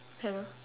hello